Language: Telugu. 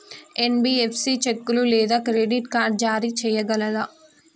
ఎన్.బి.ఎఫ్.సి చెక్కులు లేదా క్రెడిట్ కార్డ్ జారీ చేయగలదా?